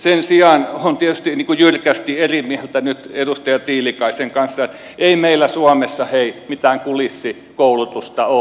sen sijaan olen tietysti jyrkästi eri mieltä nyt edustaja tiilikaisen kanssa sikäli että ei meillä suomessa hei mitään kulissikoulutusta ole